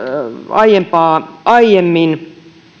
aiempaa aiemmin